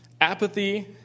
Apathy